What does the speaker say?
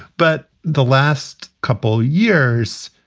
but the last couple years,